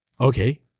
okay